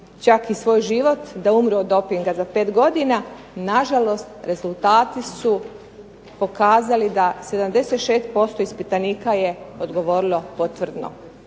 svoj život, da umru od dopinga za 5 godina, na žalost rezultati su pokazali da 76% ispitanika je odgovorilo potvrdno.